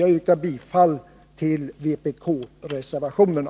Jag yrkar bifall till vpk-reservationerna.